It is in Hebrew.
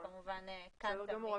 בסדר גמור.